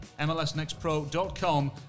MLSnextpro.com